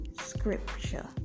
scripture